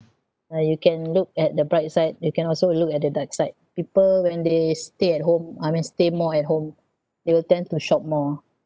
uh you can look at the bright side you can also look at the dark side people when they stay at home I mean stay more at home they will tend to shop more ah